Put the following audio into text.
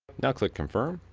now click confirm.